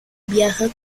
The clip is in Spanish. viaja